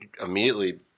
immediately